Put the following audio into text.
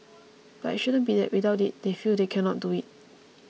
but it shouldn't be that without it they feel they cannot do it